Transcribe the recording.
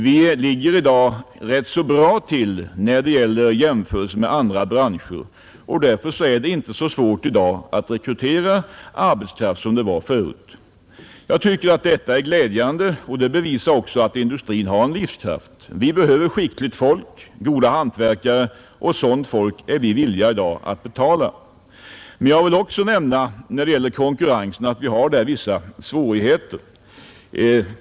Vi ligger i dag rätt bra till vid en jämförelse med andra branscher. Därför är det numera inte så svårt att rekrytera arbetskraft som det var förut. Jag tycker detta är glädjande, och det bevisar också att industrin har livskraft. Vi behöver skickligt folk — goda hantverkare — och sådant folk är vi i dag villiga att betala. Men jag vill också nämna att vi har vissa svårigheter när det gäller konkurrensen.